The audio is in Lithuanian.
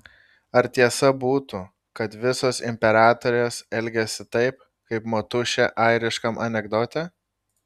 ar tiesa būtų kad visos imperatorės elgiasi taip kaip motušė airiškam anekdote